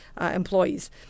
employees